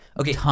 okay